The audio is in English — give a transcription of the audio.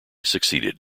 succeeded